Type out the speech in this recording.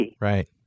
right